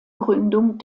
gründung